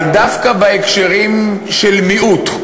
אבל דווקא בהקשרים של מיעוט,